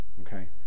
okay